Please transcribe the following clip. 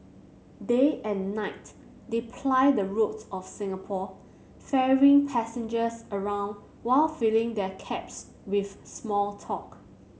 day and night they ply the roads of Singapore ferrying passengers around while filling their cabs with small talk